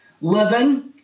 Living